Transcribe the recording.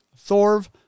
Thorv